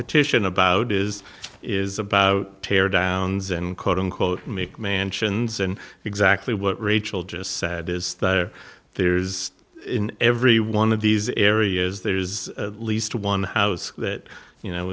petition about is is about tear downs and quote unquote make mansions and exactly what rachel just said is that there is in every one of these areas there is least one house that you know